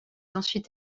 ensuite